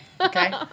Okay